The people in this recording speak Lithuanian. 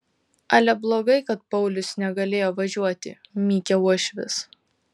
ale blogai kad paulius negalėjo važiuoti mykė uošvis